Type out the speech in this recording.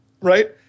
right